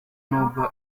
nubwo